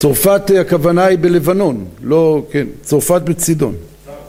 צרפת הכוונה היא בלבנון לא כן צרפת בצידון